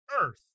earth